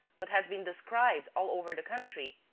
but has been described all over the country,